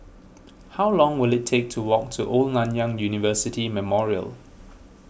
how long will it take to walk to Old Nanyang University Memorial